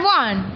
one